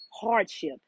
hardship